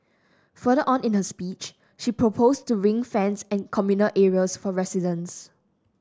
further on in her speech she proposed to ring fence and communal areas for residents